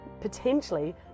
potentially